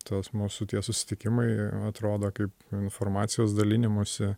tas mūsų tie susitikimai atrodo kaip informacijos dalinimosi